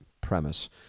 premise